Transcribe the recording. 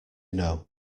know